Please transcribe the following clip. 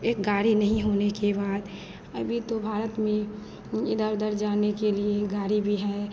एक गाड़ी नहीं होने के बाद अभी तो भारत में हुं इधर उधर जाने के लिए गाड़ी भी है